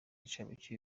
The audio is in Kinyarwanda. incamake